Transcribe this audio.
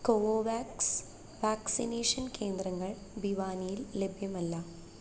Covovax vaccination കേന്ദ്രങ്ങൾ ഭിവാനിയിൽ ലഭ്യമല്ല